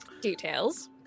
details